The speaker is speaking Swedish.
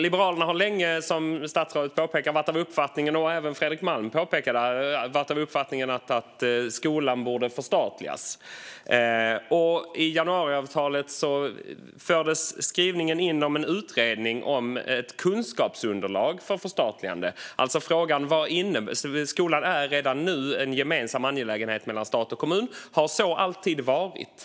Liberalerna har, som statsrådet och även Fredrik Malm påpekar, varit av uppfattningen att skolan borde förstatligas. I januariavtalet fördes en skrivning in om en utredning om ett kunskapsunderlag för förstatligande. Skolan är redan nu en gemensam angelägenhet mellan stat och kommun och har så alltid varit.